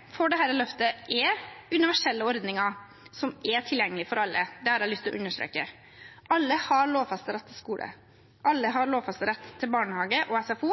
Grunnlaget for dette løftet er universelle ordninger som er tilgjengelig for alle, det har jeg lyst til å understreke. Alle har lovfestet rett til skole, alle har lovfestet rett til barnehage og SFO,